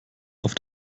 auf